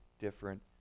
different